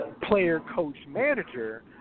player-coach-manager